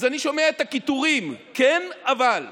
אז אני שומע את הקיטורים: כן, אבל.